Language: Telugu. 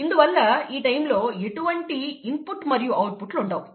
ఇందువల్ల ఈ టైం లో ఎటువంటి ఇన్పుట్ మరియు అవుట్పుట్ లు ఉండవు